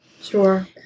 Sure